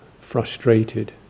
frustrated